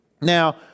Now